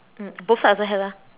mm both side also have lah